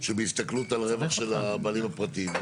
שבהסתכלות על רווח של הבעלים הפרטיים.